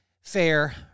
fair